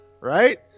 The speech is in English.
right